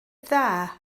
dda